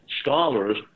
scholars